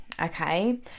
okay